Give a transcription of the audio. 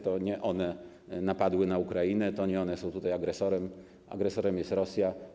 To nie one napadły na Ukrainę, to nie one są tutaj agresorem, agresorem jest Rosja.